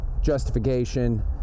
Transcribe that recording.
justification